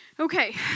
Okay